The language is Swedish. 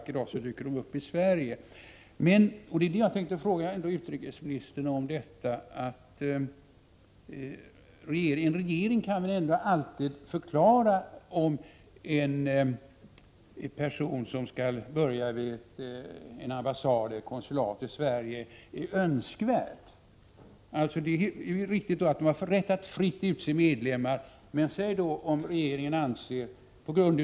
Regeringen har väl alltid rätt att uttala sig om huruvida en person som skall börja vid en ambassad eller ett konsulat i Sverige är önskvärd. Det är ett riktigt konstaterande att den sändande staten har rätt att fritt utse medlemmar av beskickningsoch konsulatpersonal.